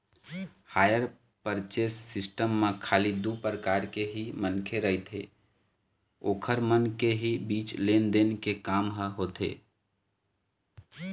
hire purchase system म खाली दू परकार के ही मनखे रहिथे ओखर मन के ही बीच लेन देन के काम ह होथे